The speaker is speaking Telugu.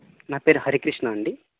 నా పేరు హరికృష్ణ అండి